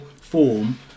form